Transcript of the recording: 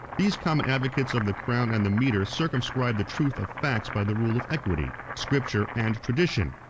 these common advocates of the crown and the mitre circumscribe the truth of facts by the rule of equity, scripture, and tradition,